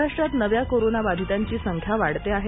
महाराष्ट्रात नव्या कोरोनाबाधितांची संख्या वाढते आहे